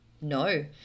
no